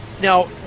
Now